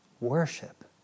worship